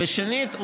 שנית,